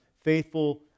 faithful